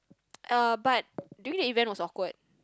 uh but during the event was awkward